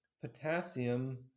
potassium